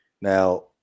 Now